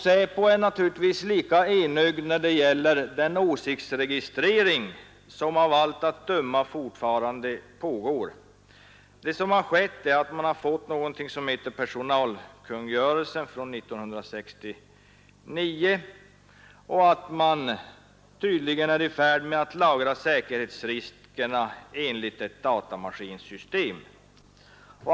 SÄPO är lika enögd när det gäller den åsiktsregistrering som av allt att döma fortfarande pågår. Det som skett är att man har fått någonting som heter personalkungörelsen från 1969 och att man tydligen är i färd med att lagra säkerhetsriskerna enligt ett datamaskinsystem.